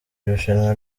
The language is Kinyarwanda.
irushanwa